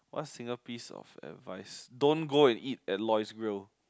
what's single piece of advice don't go and eat at Loy's grill